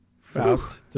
Faust